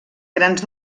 grans